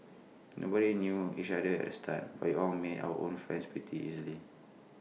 nobody knew each other at the start but we all made our own friends pretty easily